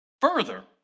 Further